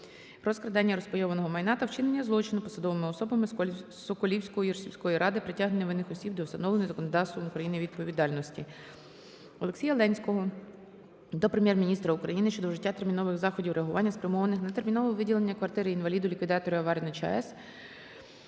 розкрадання розпайованого майна та вчинення злочину посадовими особами Соколівської сільської ради, притягнення винних осіб до встановленої законодавством України відповідальності. Олексія Ленського до Прем'єр-міністра України щодо вжиття термінових заходів реагування, спрямованих на термінове виділення квартири інваліду, ліквідатору аварії на ЧАЄС